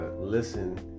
listen